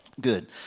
Good